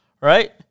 right